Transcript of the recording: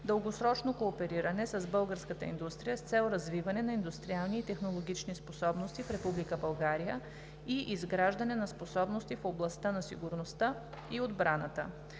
дългосрочно коопериране с българската индустрия с цел развиване на индустриални и технологични способности в Република България и изграждане на способности в областта на сигурността и отбраната.